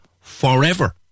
forever